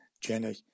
Jenny